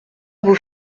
vos